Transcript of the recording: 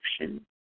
action